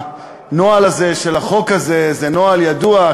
הנוהל הזה של החוק הזה הוא נוהל ידוע,